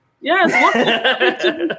Yes